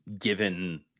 given